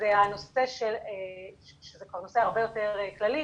זה נושא כבר הרבה יותר כללי,